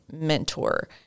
mentor